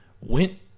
went